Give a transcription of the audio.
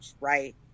Right